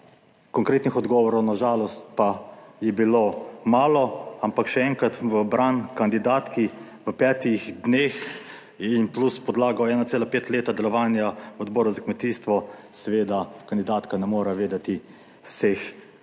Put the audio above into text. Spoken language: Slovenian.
Konkretnih odgovorov na žalost pa je bilo malo, ampak še enkrat v bran kandidatki, v petih dneh in plus podlaga 1,5 leta delovanja Odbora za kmetijstvo seveda kandidatka ne more vedeti vseh